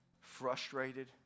frustrated